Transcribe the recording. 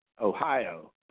Ohio